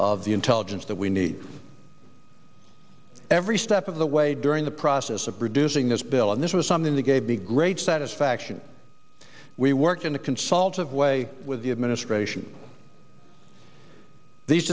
of the intelligence that we need every step of the way during the process of producing this bill and this was something that gave me great satisfaction we worked in a consultative way with the administration these